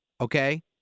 Okay